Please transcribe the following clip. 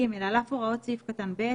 ג) על אף הוראות סעיף קטן (ב),